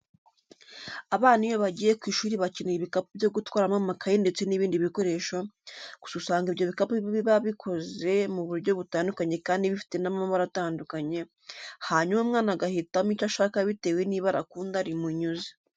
Abana iyo bagiye ku ishuri bakenera ibikapu byo gutwaramo amakayi ndetse n'ibindi bikoresho, gusa usanga ibyo bikapu biaba bikoze mu buryo butandukanye kandi bifite n'amabara atandukanye, hanyuma umwana agahitamo icyo ashaka bitewe n'ibara akunda rimunyuze.